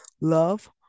love